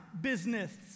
business